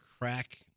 crack